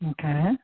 Okay